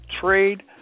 trade